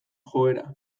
joera